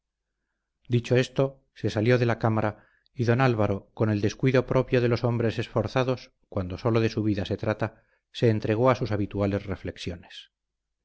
dicho esto se salió de la cámara y don álvaro con el descuido propio de los hombres esforzados cuando sólo de su vida se trata se entregó a sus habituales reflexiones